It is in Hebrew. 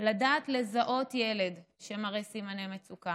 לדעת לזהות ילד שמראה סימני מצוקה,